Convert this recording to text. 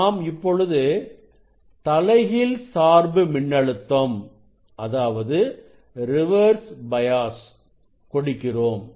நாம் இப்பொழுது தலைகீழ் சார்பு மின்னழுத்தம் கொடுக்கிறோம்